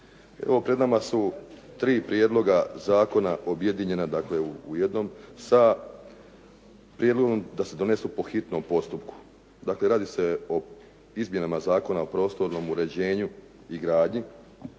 pred nama su tri prijedloga zakona objedinjena dakle u jednom sa prijedlogom da se donesu po hitnom postupku. Dakle, radi se o izmjenama Zakona o prostornom uređenju i gradnji,